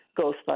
ghost